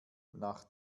nach